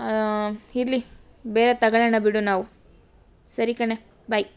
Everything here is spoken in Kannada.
ಇರಲಿ ಬೇರೆ ತಗೊಳೋಣ ಬಿಡು ನಾವು ಸರಿ ಕಣೆ ಬಾಯ್